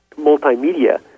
multimedia